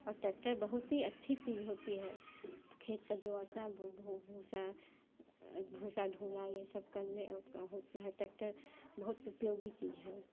और टैक्टर बहुत ही अच्छी चीज़ होती है खेत का जो आता है भूंसा भूंसा ढोना यह सब करने होता है टैक्टर बहुत उपयोगी चीज़ है वह